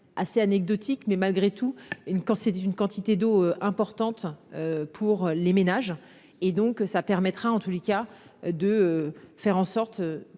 assez anecdotique mais malgré tout une quand c'était une quantité d'eau importante pour les ménages et donc ça permettra en tous les cas, de faire en sorte